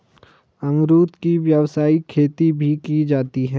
अमरुद की व्यावसायिक खेती भी की जाती है